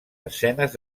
escenes